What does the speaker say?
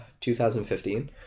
2015